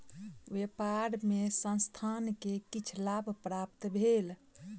व्यापार मे संस्थान के किछ लाभ प्राप्त भेल